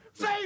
Say